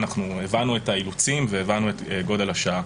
הבנו את האילוצים והבנו את גודל השעה.